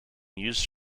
used